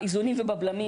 באיזונים ובבלמים,